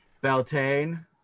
Beltane